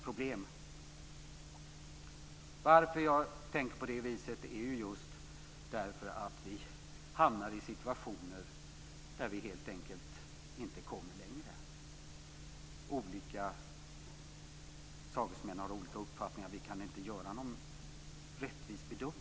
Orsaken till att jag tänker på det viset är just att vi hamnar i situationer där vi helt enkelt inte kommer längre - olika sagesmän har olika uppfattningar. Vi kan inte göra någon rättvis bedömning.